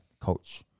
coach